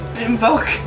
Invoke